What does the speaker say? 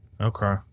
Okay